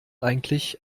eigentlich